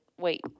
wait